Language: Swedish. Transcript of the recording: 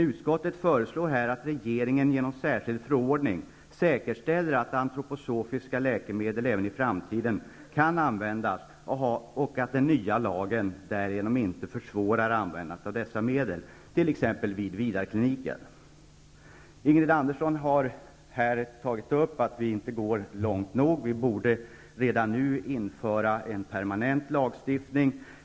Utskottet föreslår här att regeringen genom en särskild förordning säkerställer att antroposofiska läkemedel även i framtiden kan användas och att den nya lagen inte försvårar användandet av dessa medel, t.ex. vid Ingrid Andersson sade i sitt anförande att vi inte går tillräckligt långt i detta avseende och att vi redan nu borde införa en permanent lagstiftning.